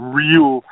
real